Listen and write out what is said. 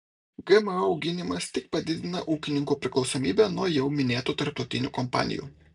gmo auginimas tik padidina ūkininkų priklausomybę nuo jau minėtų tarptautinių kompanijų